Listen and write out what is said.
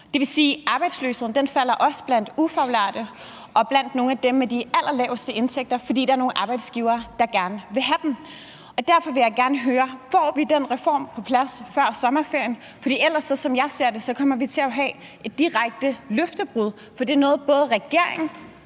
Det vil sige, at arbejdsløsheden også falder blandt ufaglærte og blandt nogle af dem med de allerlaveste indtægter, fordi der er nogle arbejdsgivere, der gerne vil have dem. Og derfor vil jeg gerne høre: Får vi den reform på plads før sommerferien? Ellers – og det er sådan, som jeg ser det – kommer vi til at have et direkte løftebrud, for det er både noget, regeringen